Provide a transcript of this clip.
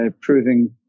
proving